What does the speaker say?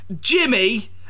Jimmy